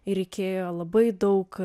ir reikėjo labai daug